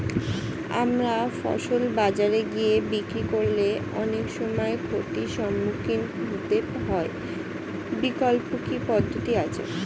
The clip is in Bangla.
আমার ফসল বাজারে গিয়ে বিক্রি করলে অনেক সময় ক্ষতির সম্মুখীন হতে হয় বিকল্প কি পদ্ধতি আছে?